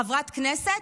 חברת כנסת,